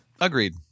Agreed